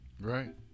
right